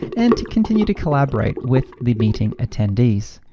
and to continue to collaborate with the meeting attendees.